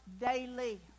daily